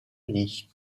unis